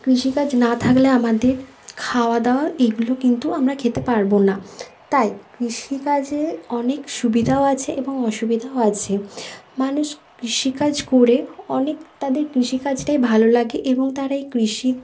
কৃষিকাজ না থাকলে আমাদের খাওয়া দাওয়া এগুলো কিন্তু আমরা খেতে পারব না তাই কৃষিকাজে অনেক সুবিধাও আছে এবং অসুবিধাও আছে মানুষ কৃষিকাজ করে অনেক তাদের কৃষিকাজটাই ভালো লাগে এবং তারা এই কৃষির